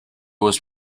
was